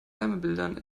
wärmebildern